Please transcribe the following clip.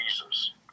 Jesus